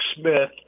Smith